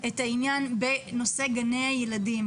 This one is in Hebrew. בנושא גני הילדים.